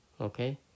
okay